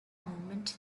movement